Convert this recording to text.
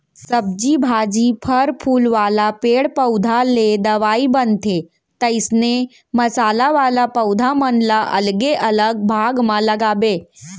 सब्जी भाजी, फर फूल वाला पेड़ पउधा ले दवई बनथे, तइसने मसाला वाला पौधा मन ल अलगे अलग भाग म लगाबे